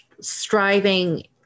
striving